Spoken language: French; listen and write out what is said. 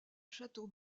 château